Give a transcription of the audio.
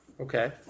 Okay